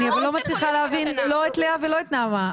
אני לא מצליחה להבין לא את לאה ולא את נעמה.